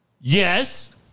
Yes